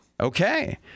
Okay